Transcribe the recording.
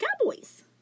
cowboys